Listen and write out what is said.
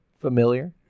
Familiar